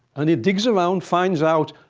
and he digs around, finds out,